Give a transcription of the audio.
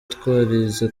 twarize